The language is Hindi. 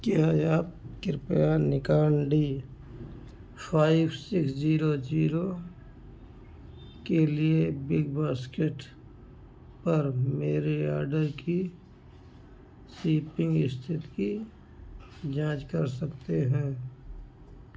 क्या आप कृपया Nikon D five six zero zero के लिए बिगबास्केट पर मेरे ऑर्डर की शिपिंग स्थिति की जाँच कर सकते हैं